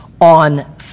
On